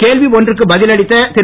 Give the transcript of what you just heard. கேள்வி ஒன்றுக்கு பதில் அளித்த திரு